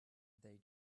they